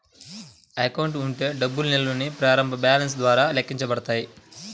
account ఉండే డబ్బు నిల్వల్ని ప్రారంభ బ్యాలెన్స్ ద్వారా లెక్కించబడతాయి